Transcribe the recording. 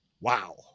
Wow